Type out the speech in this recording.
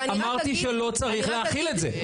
אמרתי שלא צריך להחיל את זה.